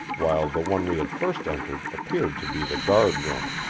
while the one we had first entered appeared to be the guard-room.